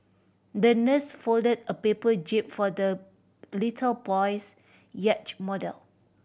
the nurse folded a paper jib for the little boy's yacht model